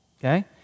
Okay